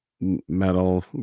metal